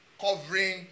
covering